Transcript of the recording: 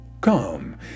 Come